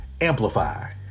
Amplify